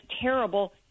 terrible